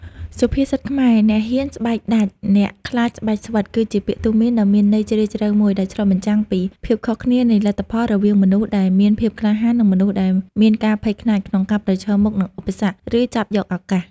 សុភាសិតខ្មែរ អ្នកហ៊ានស្បែកដាច អ្នកខ្លាចស្បែកស្វិត គឺជាពាក្យទូន្មានដ៏មានន័យជ្រាលជ្រៅមួយ ដែលឆ្លុះបញ្ចាំងពី ភាពខុសគ្នានៃលទ្ធផល រវាងមនុស្សដែលមាន ភាពក្លាហាន និងមនុស្សដែល មានការភ័យខ្លាច ក្នុងការប្រឈមមុខនឹងឧបសគ្គ ឬចាប់យកឱកាស។